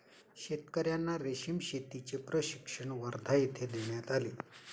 शेतकर्यांना रेशीम शेतीचे प्रशिक्षण वर्धा येथे देण्यात आले